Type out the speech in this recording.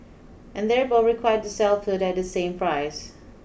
and they're both required to sell food at the same price